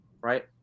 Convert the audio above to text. Right